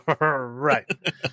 right